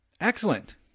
Excellent